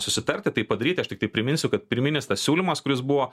susitarti tai padaryti aš tiktai priminsiu kad pirminis tas siūlymas kuris buvo